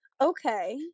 okay